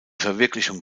verwirklichung